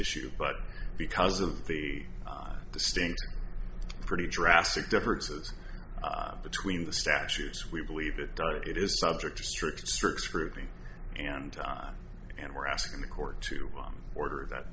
issue but because of the distinct pretty drastic differences between the statutes we believe that it is subject to strict strict scrutiny and time and we're asking the court to order that